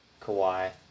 Kawhi